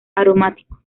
aromático